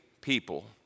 people